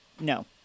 No